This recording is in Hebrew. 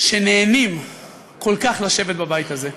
שנהנים כל כך לשבת בבית הזה,